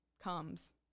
comes